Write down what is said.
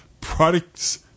products